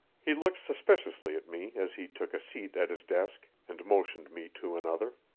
he looked suspiciously at me as he took a seat at his desk, and motioned me to another.